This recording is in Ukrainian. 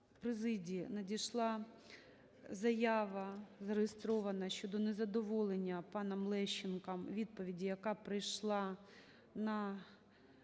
президії надійшла заява, зареєстрована щодо незадоволення паном Лещенком відповіддю, яка прийшла на